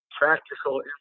practical